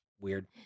weird